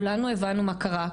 כולנו הבנו מה קרה,